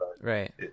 Right